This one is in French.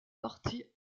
partie